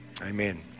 Amen